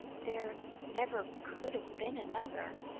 there never could have been another.